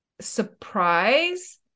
surprise